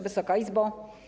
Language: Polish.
Wysoka Izbo!